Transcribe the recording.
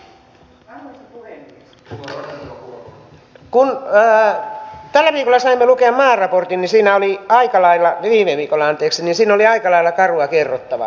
kun viime viikolla saimme lukea maaraportin niin siinä oli aika lailla karua kerrottavaa